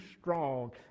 strong